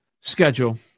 schedule